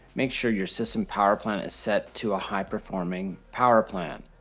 make sure your system power plan is set to a high performing power plan.